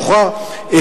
שוחרר,